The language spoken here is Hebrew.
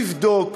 לבדוק.